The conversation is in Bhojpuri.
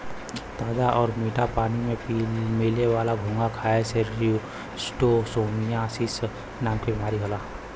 ताजा आउर मीठा पानी में मिले वाला घोंघा खाए से शिस्टोसोमियासिस नाम के बीमारी होला